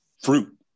fruit